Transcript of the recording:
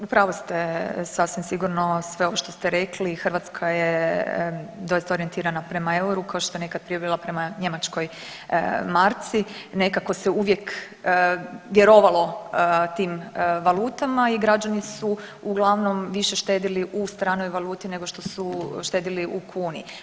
Pa u pravu ste, sasvim sigurno ovo, sve ovo što ste rekli Hrvatska je doista orijentirana prema euru košto je nekad prije bila prema njemačkoj marci, nekako se uvijek vjerovalo tim valutama i građani su uglavnom više štedili u stranoj valuti nego što su štedili u kuni.